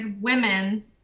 women